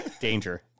danger